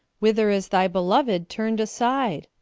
whither is thy beloved turned aside?